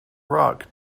rock